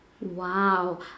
Wow